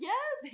Yes